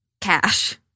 Cash